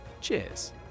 Cheers